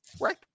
right